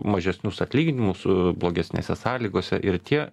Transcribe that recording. mažesnius atlyginimus su blogesnėse sąlygose ir tie